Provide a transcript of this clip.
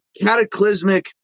cataclysmic